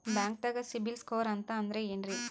ಬ್ಯಾಂಕ್ದಾಗ ಸಿಬಿಲ್ ಸ್ಕೋರ್ ಅಂತ ಅಂದ್ರೆ ಏನ್ರೀ?